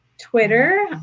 Twitter